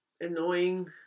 annoying